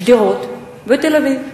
שדרות ותל-אביב.